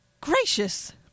gracious